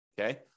okay